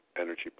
energy